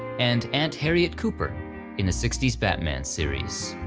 and aunt harriet cooper in the sixty s batman series.